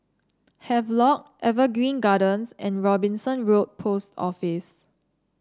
Havelock Evergreen Gardens and Robinson Road Post Office